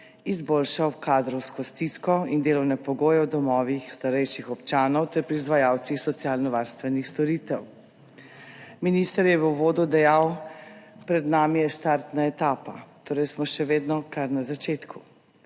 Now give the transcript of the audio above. izboljšal kadrovsko stisko in delovne pogoje v domovih starejših občanov ter pri izvajalcih socialnovarstvenih storitev. Minister je v uvodu dejal: »Pred nami je štartna etapa.« Torej smo še vedno kar na začetku.